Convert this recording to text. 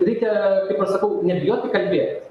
reikia kaip aš sakau nebijoti kalbėtis